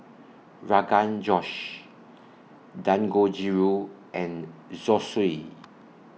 Rogan Josh Dangojiru and Zosui